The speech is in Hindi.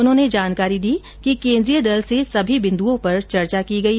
उन्होंने जानकारी दी कि केन्द्रीय दल से सभी बिन्दुओं पर चर्चा की गयी